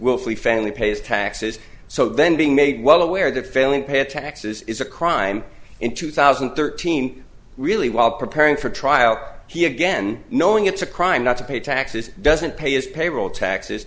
willfully family pays taxes so then being made well aware that failing pay taxes is a crime in two thousand and thirteen really while preparing for trial he again knowing it's a crime not to pay taxes doesn't pay as payroll taxes